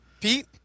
Pete